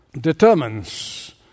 determines